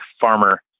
farmer